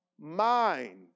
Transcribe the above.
mind